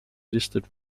listed